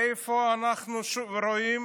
איפה אנחנו שוב רואים